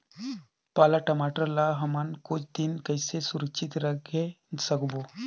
पाला टमाटर ला हमन कुछ दिन कइसे सुरक्षित रखे सकबो?